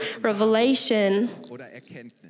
revelation